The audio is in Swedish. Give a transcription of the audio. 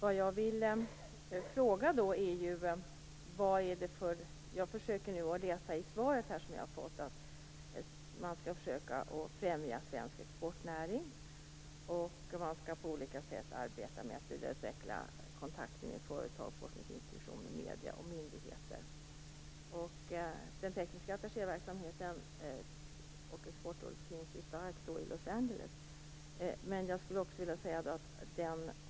Herr talman! Fru statsråd! I svaret sägs att man skall försöka främja svensk exportnäring och på olika sätt arbeta med att vidareutveckla kontakter med företag, forskningsinstitutioner, medier och myndigheter. Den tekniska attachéverksamheten och Exportrådet har ju en stark förankring i Los Angeles.